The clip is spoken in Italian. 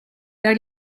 per